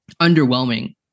underwhelming